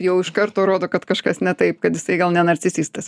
jau iš karto rodo kad kažkas ne taip kad jisai gal ne narcisistas